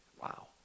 Wow